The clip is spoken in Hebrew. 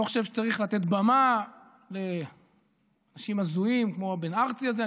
אני לא חושב שצריך לתת במה לאנשים הזויים כמו בן ארצי הזה,